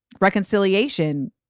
reconciliation